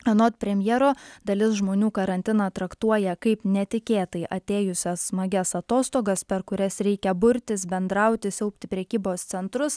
anot premjero dalis žmonių karantiną traktuoja kaip netikėtai atėjusias smagias atostogas per kurias reikia burtis bendrauti siaubti prekybos centrus